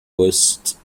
quests